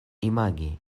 imagi